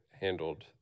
handled